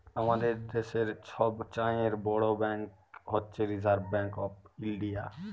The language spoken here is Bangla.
আমাদের দ্যাশের ছব চাঁয়ে বড় ব্যাংক হছে রিসার্ভ ব্যাংক অফ ইলডিয়া